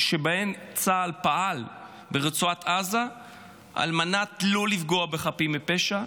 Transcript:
שבהן צה"ל פעל ברצועת עזה על מנת שלא לפגוע בחפים מפשע,